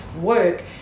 work